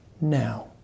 now